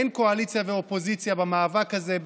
אין קואליציה ואופוזיציה במאבק הזה,